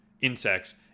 insects